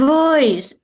voice